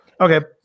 Okay